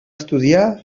estudiar